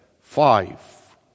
five